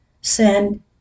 Send